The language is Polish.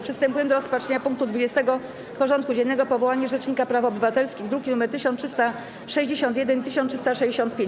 Przystępujemy do rozpatrzenia punktu 20. porządku dziennego: Powołanie Rzecznika Praw Obywatelskich (druki nr 1361 i 1365)